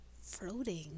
floating